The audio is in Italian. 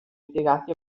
impiegati